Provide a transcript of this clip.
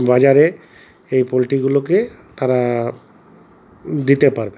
বাজারে এই পোল্ট্রীগুলোকে তারা দিতে পারবে